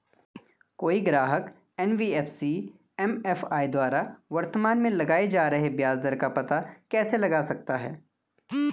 कोई ग्राहक NBFC MFI द्वारा वर्तमान में लगाए जा रहे ब्याज दर का पता कैसे लगा सकता है?